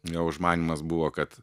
jo užmanymas buvo kad